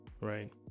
right